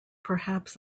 perhaps